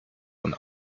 und